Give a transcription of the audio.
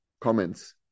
comments